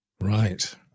Right